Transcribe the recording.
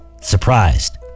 surprised